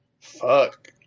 Fuck